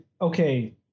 okay